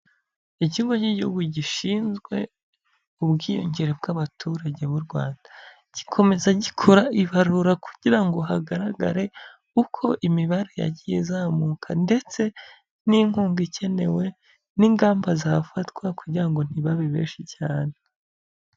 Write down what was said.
Ikigo cy'igihugu gishinzwe ubwiyongere bw'abaturage b'u Rwanda, gikomeza gikora ibarura kugira ngo hagaragare uko imibare yagiye izamuka ndetse n'inkunga ikenewe n'ingamba zafatwa kugira ngo ntibabe benshi cyane.